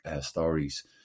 stories